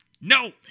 No